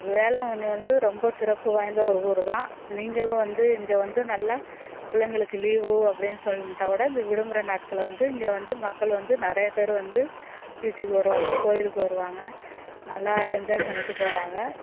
வேளாங்கண்ணி வந்து ரொம்ப சிறப்பு வாய்ந்த ஒரு ஊர்தான் நீங்களும் வந்து இஞ்ச வந்து நல்லா பிள்ளைங்களுக்கு லீவு அப்படின் சொல்லிவிட்டா கூட இந்த விடுமுறை நாட்களை வந்து இங்கே வந்து மக்கள் வந்து நிறையா பேர் வந்து பீச்சிக்கு வருவாங்க கோயிலுக்கு வருவாங்க நல்லா என்ஜாய் பண்ணிவிட்டு போவாங்க